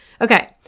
Okay